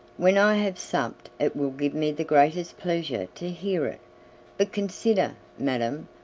when i have supped it will give me the greatest pleasure to hear it but consider, madam,